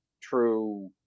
true